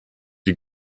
wie